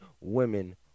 women